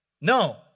No